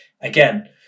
again